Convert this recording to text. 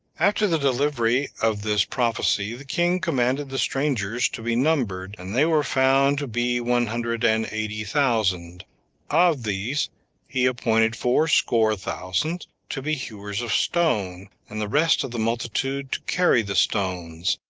after the delivery of this prophecy, the king commanded the strangers to be numbered and they were found to be one hundred and eighty thousand of these he appointed fourscore thousand to be hewers of stone, and the rest of the multitude to carry the stones,